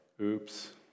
oops